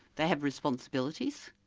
they have responsibilities.